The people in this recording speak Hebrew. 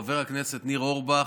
חבר הכנסת ניר אורבך,